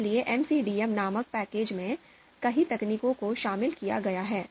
इसलिए एमसीडीएम नामक पैकेज में कई तकनीकों को शामिल किया गया है